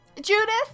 Judith